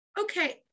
okay